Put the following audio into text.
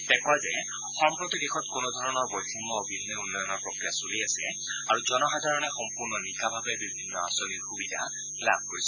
তেওঁ কয় যে সম্প্ৰতি দেশত কোনোধৰণৰ বৈষম্য অবিহনে উন্নয়নৰ প্ৰক্ৰিয়া চলি আছে আৰু জনসাধাৰণে সম্পূৰ্ণ নিকাভাৱে বিভিন্ন আঁচনিৰ সুবিধা লাভ কৰিছে